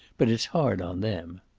but it's hard on them.